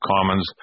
Commons